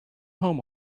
home